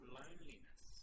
loneliness